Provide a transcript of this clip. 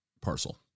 parcel